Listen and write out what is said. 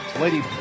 Lady